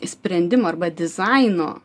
sprendimo arba dizaino